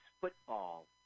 football